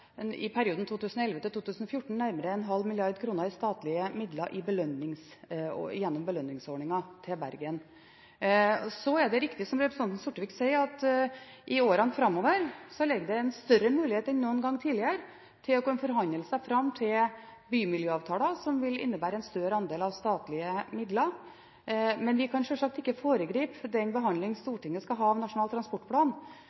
nærmere en halv milliard kroner i statlige midler til Bergen gjennom belønningsordningen. Så er det riktig, som representanten Sortevik sier, at i årene framover ligger det en større mulighet enn noen gang tidligere til å kunne forhandle seg fram til bymiljøavtaler, som vil innebære en større andel av statlige midler, men vi kan sjølsagt ikke foregripe den